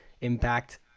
impact